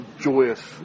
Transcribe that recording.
joyous